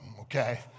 okay